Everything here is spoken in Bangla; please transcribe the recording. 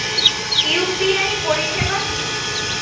ইউ.পি.আই পরিষেবা কি?